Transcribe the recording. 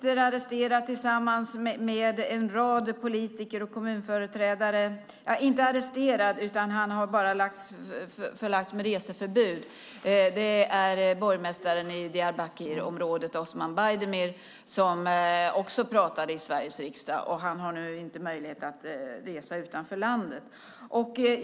En som tillsammans med en rad politiker och kommunföreträdare har reseförbud är borgmästaren i Diyarbakirområdet Osman Baydemir som också pratade i Sveriges riksdag. Han har nu inte möjlighet att resa utanför landet.